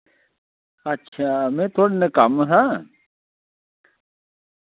अच्छा मैं थुआढ़े नै कम्म हा